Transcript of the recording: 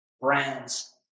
brands